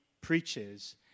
preaches